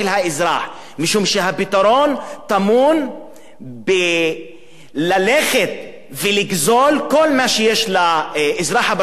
משום שהפתרון טמון באפשרות ללכת ולגזול כל מה שיש לאזרח הפשוט בכיס שלו,